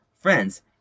friends